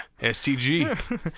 STG